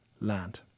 land